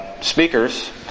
speakers